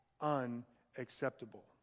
unacceptable